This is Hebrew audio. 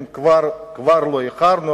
אם עוד לא איחרנו,